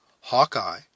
Hawkeye